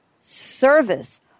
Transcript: service